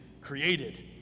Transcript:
created